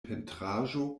pentraĵo